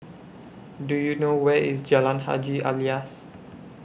Do YOU know Where IS Jalan Haji Alias